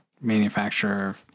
manufacturer